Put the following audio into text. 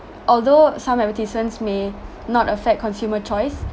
although some advertisements may not affect consumer choice